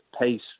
pace